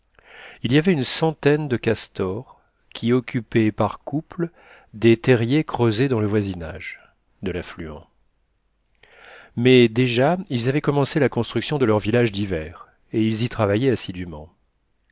il y avait une centaine de castors qui occupaient par couple des terriers creusés dans le voisinage de l'affluent mais déjà ils avaient commencé la construction de leur village d'hiver et ils y travaillaient assidûment